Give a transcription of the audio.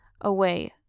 away